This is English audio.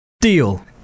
Deal